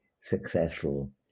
successful